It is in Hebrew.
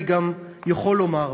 אני גם יכול לומר,